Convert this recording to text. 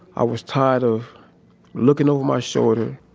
i was tired of looking over my shoulder.